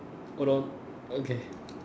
hold on okay